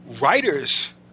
writers